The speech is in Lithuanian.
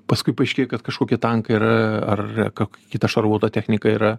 paskui paaiškėja kad kažkokie tankai yra ar kokia kita šarvuota technika yra